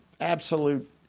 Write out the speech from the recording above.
absolute